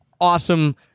awesome